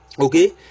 Okay